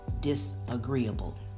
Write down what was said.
disagreeable